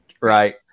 right